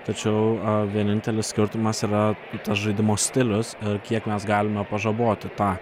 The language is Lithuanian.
tačiau vienintelis skirtumas yra tas žaidimo stilius kiek mes galime pažaboti tą